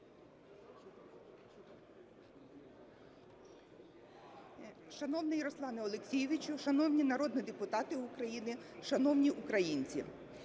Шановний Руслане Олексійовичу, шановні народні депутати України, шановні українці!